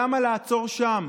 למה לעצור שם?